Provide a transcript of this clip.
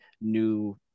new